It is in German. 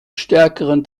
stärkeren